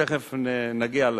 תיכף נגיע לזה.